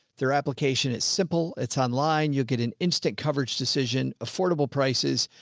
their application. it's simple. it's online. you'll get an instant coverage decision, affordable prices,